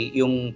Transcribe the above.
yung